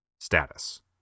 Status